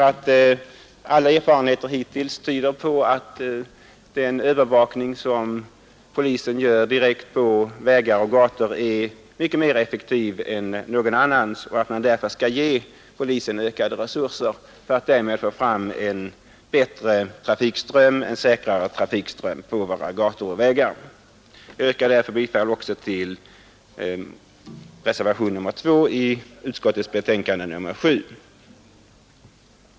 Alla erfarenheter hittills tyder på att den övervakning som polisen gör direkt på vägar och gator är mycket mera effektiv än andra åtgärder. Polisen bör därför få ökade resurser för att vi skall få fram en säkrare trafikström på våra gator och vägar. Jag yrkar därför bifall också till reservationen 2 i utskottets betänkande nr 7.